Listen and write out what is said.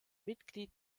mitglied